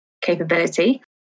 capability